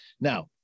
Now